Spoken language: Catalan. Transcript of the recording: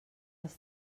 les